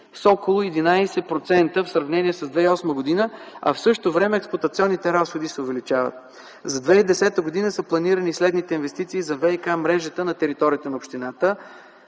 с около 11% в сравнение с 2008 г., а в същото време експлоатационните разходи се увеличават. За 2010 г. са планирани следните инвестиции за ВиК мрежата на територията на общината: